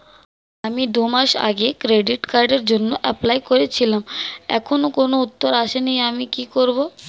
আমি দুমাস আগে ক্রেডিট কার্ডের জন্যে এপ্লাই করেছিলাম এখনো কোনো উত্তর আসেনি আমি কি করব?